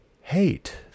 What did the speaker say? hate